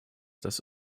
dass